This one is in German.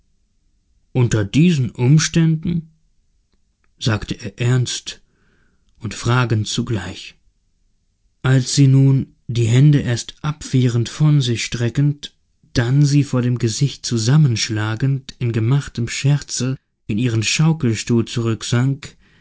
unter diesen umständen sagte er ernst und fragend zugleich als sie nun die hände erst abwehrend von sich streckend dann sie vor dem gesicht zusammenschlagend in gemachtem schmerze in ihren schaukelstuhl